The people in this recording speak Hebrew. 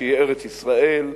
שהיא ארץ-ישראל,